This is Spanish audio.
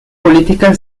política